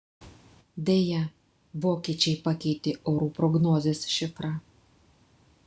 deja vokiečiai pakeitė orų prognozės šifrą